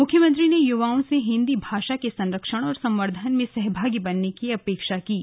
मुख्यमंत्री ने युवाओं से हिन्दी भाषा के सरंक्षण और सवर्दधन में सहभागी बनने की अपेक्षा की है